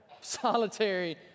solitary